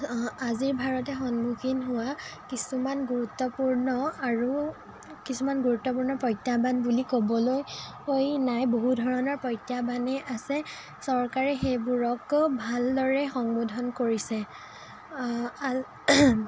আজিৰ ভাৰতে সন্মুখীন হোৱা কিছুমান গুৰুত্বপূৰ্ণ আৰু কিছুমান গুৰুত্বপূৰ্ণ প্ৰত্যাহ্বান বুলি ক'বলৈ নাই বহু ধৰণৰ প্ৰত্যাহ্বানেই আছে চৰকাৰে সেইবোৰক ভালদৰে সংবোধন কৰিছে আ